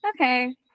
Okay